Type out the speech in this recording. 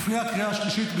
לפני הקריאה השלישית,